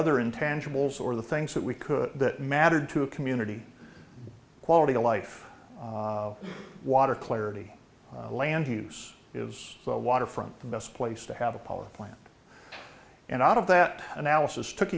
other intangibles or the things that we could that matter to a community quality of life water clarity land use is the waterfront the best place to have a power plant and out of that analysis took